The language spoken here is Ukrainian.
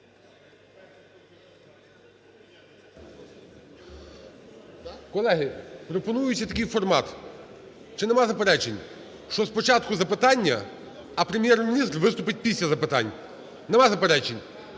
Колеги, пропонується такий формат. Чи немає заперечень, що спочатку – запитання, а Прем'єр-міністр виступить після запитань? Немає заперечень?